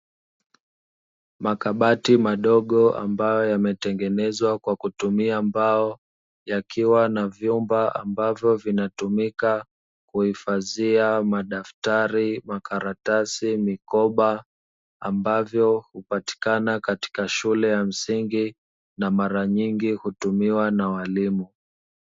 Makabati madogo ambayo yametengenezwa kwa kutumia mbao, yakiwa na vyumba ambavyo vinatumika kuhifadhia madaftari, maratasi, mikoba ambayo hupatikana katika shule ya msingi ambayo mara nyingi hutumiwa na walimu.